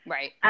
Right